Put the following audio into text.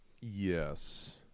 Yes